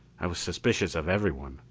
i was suspicious of everyone,